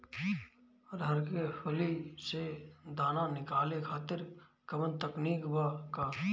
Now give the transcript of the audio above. अरहर के फली से दाना निकाले खातिर कवन तकनीक बा का?